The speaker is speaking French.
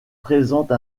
présente